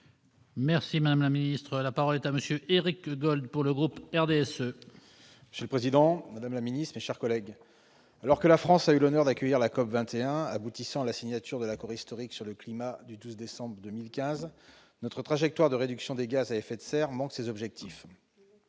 qu'il faut favoriser. La parole est à M. Éric Gold. Monsieur le président, madame la secrétaire d'État, mes chers collègues, alors que la France a eu l'honneur d'accueillir la COP 21 aboutissant à la signature de l'accord historique sur le climat du 12 décembre 2015, notre trajectoire de réduction des gaz à effet de serre manque ses objectifs.